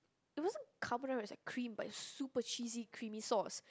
it wasn't Carbonara it was like cream but it's super cheesy creamy sauce